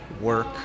work